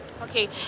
Okay